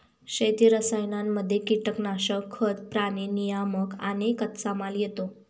शेती रसायनांमध्ये कीटनाशक, खतं, प्राणी नियामक आणि कच्चामाल येतो